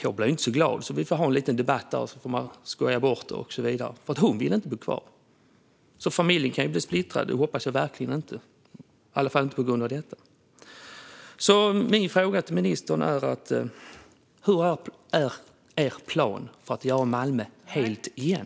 Jag blir inte så glad, så vi får ha en liten debatt där och skoja bort det och så vidare. Hon vill inte bo kvar, så familjen kan bli splittrad. Det hoppas jag verkligen inte, i alla fall inte på grund av detta. Min fråga till ministern är: Vad är er plan för att göra Malmö helt igen?